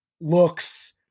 looks